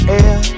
air